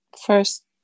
first